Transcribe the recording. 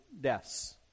deaths